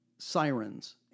sirens